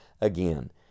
again